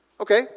Okay